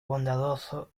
bondadoso